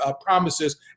promises